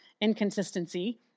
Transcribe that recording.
inconsistency